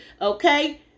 okay